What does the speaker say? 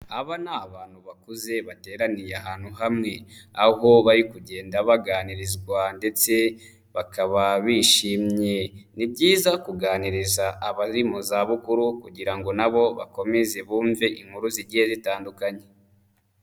Aba ni abantu bakuze bateraniye ahantu hamwe. Aho bari kugenda baganirizwa ndetse bakaba bishimye. Ni byiza kuganiriza abari mu zabukuru kugira ngo na bo bakomeze bumve inkuru zigiye zitandukanye.